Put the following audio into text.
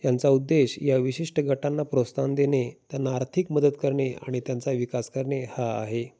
यांचा उद्देश या विशिष्ट गटांना प्रोत्साहन देणे त्यांना आर्थिक मदत करणे आणि त्यांचा विकास करणे हा आहे